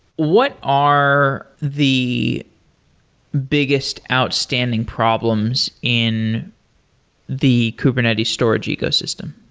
what are the biggest outstanding problems in the kubernetes storage ecosystem?